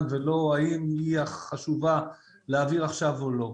ולא האם היא החשובה להעביר עכשיו או לא.